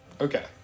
Okay